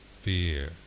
fear